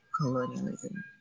colonialism